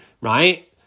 right